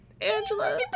Angela